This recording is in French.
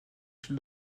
fil